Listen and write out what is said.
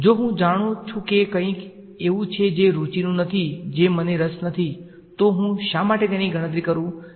જો હું જાણું છું કે કંઈક એવું છે જે રુચિનું નથી જે મને રસ નથી તો હું શા માટે તેની ગણતરી કરું